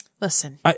Listen